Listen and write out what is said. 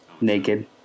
naked